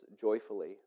joyfully